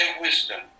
wisdom